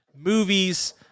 movies